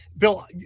Bill